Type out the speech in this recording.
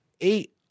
eight